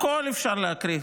הכול אפשר להקריב,